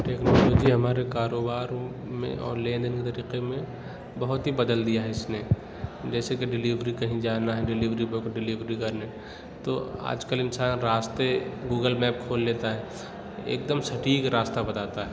technology ہمارے کاروباروں میں اور لین دین کے طریقے میں بہت ہی بدل دیا ہے اِس نے جیسے کہ ڈلیوری کہیں جانا ہے ڈلیوری بوائے کو ڈلیوری کرنا ہے تو آج کل انسان راستے گوگل میپ کھول لیتا ہے ایک دم سٹیک راستہ بتاتا ہے